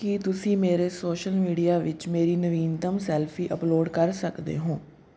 ਕੀ ਤੁਸੀਂ ਮੇਰੇ social media ਵਿੱਚ ਮੇਰੀ ਨਵੀਨਤਮ ਸੈਲਫੀ ਅੱਪਲੋਡ ਕਰ ਸਕਦੇ ਹੋ